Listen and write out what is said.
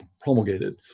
promulgated